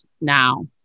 now